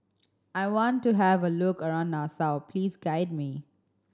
I want to have a look around Nassau please guide me